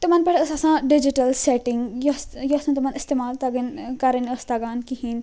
تِمن پٮ۪ٹھ ٲس آسان ڈِجِٹَل سیٚٹِنٛگ یۄس یۄس نہٕ تِمن استعمال تگنۍ کَرٕنۍ ٲسۍ تَگان کِہیٖنۍ